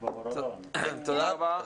תודה רבה.